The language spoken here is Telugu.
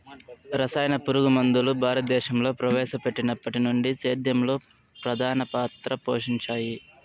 రసాయన పురుగుమందులు భారతదేశంలో ప్రవేశపెట్టినప్పటి నుండి సేద్యంలో ప్రధాన పాత్ర పోషించాయి